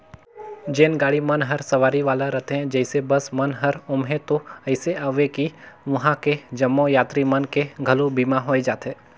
जेन गाड़ी मन हर सवारी वाला रथे जइसे बस मन हर ओम्हें तो अइसे अवे कि वंहा के जम्मो यातरी मन के घलो बीमा होय जाथे